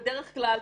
בדרך כלל,